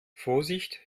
vorsicht